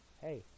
hey